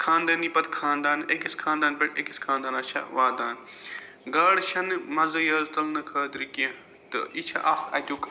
خانٛدٲنی پَتہٕ خانٛدان أکِس خانٛدان پٮ۪ٹھ أکِس خانٛدانَس چھےٚ واتان گاڈٕ چھَنہٕ مَزٔے یٲژ تُلنہٕ خٲطرٕ کیٚنٛہہ تہٕ یہِ چھِ اَکھ اَتیُک